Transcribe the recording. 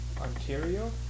Ontario